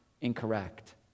incorrect